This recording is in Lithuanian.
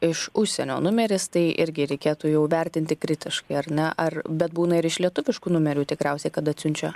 iš užsienio numeris tai irgi reikėtų jau vertinti kritiškai ar ne ar bet būna ir iš lietuviškų numerių tikriausiai kad atsiunčia